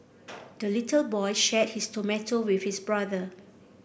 the little boy shared his tomato with his brother